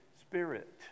spirit